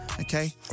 Okay